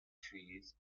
trees